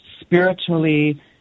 spiritually